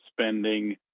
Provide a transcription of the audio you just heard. spending